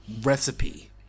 recipe